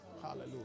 Hallelujah